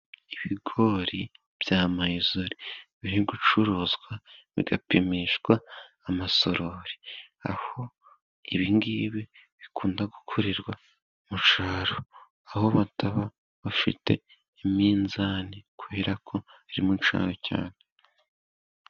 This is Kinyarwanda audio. Ibigori bya mayizole biri gucuruzwa bigapimishwa amasorori. Aho ibingibi bikunda gukorerwa mu cyaro aho bataba bafite iminzani kubera ko biri mucyaro cyane.